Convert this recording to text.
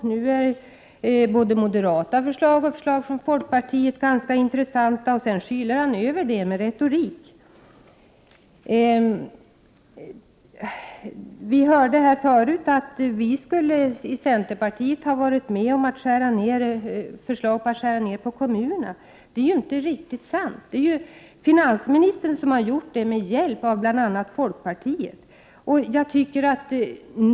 Nu är förslag både från moderaterna och folkpartiet intressanta. 76 Detta skyler han över med retorik. Vi hörde förut att centerpartiet skulle ha haft förslag om att skära ner på Prot. 1988/89:59 kommunerna, men det är inte riktigt sant. Det är ju finansministern som har 1 februari 1989 gjort det, med hjälp av bl.a. folkpartiet.